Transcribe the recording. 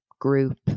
group